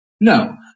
No